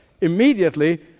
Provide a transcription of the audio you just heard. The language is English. immediately